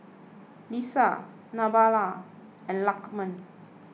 Lisa Nabila and Lukman